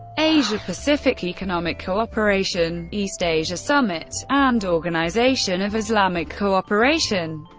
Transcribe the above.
asia-pacific economic cooperation, east asia summit, and organisation of islamic cooperation.